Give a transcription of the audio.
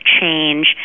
change